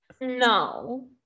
No